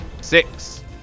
Six